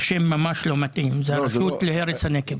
השם ממש לא מתאים, זה הרשות להרס הנגב.